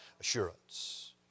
assurance